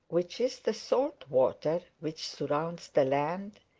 which is the salt water which surrounds the land,